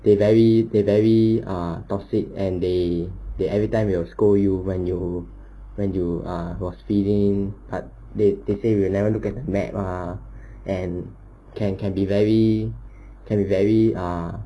they very they very ah toxic and they they everytime will scold you when you when you ah was fleeing but they they say you never look at a map ah and can can be very can be very ah